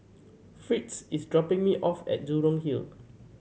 Fritz is dropping me off at Jurong Hill